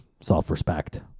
self-respect